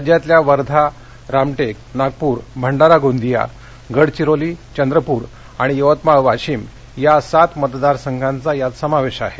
राज्यातल्या वर्धा रामटेक नागपूर भंडारा गोंदिया गडघिरोली चंद्रपूर आणि यवतमाळ वाशीम या सात मतदारसंघांचा यात समावेश आहे